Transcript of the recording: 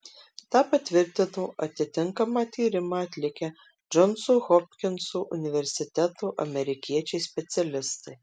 tą patvirtino atitinkamą tyrimą atlikę džonso hopkinso universiteto amerikiečiai specialistai